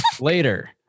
Later